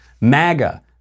MAGA